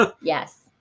Yes